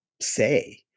say